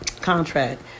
contract